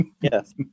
Yes